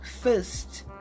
first